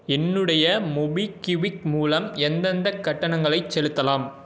என்னுடைய மோபிக்கிவிக் மூலம் எந்தெந்தக் கட்டணங்களைச் செலுத்தலாம்